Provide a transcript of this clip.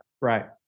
right